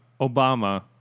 Obama